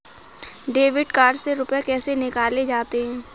Debit card से रुपये कैसे निकाले जाते हैं?